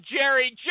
Jerry